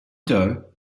dough